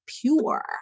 pure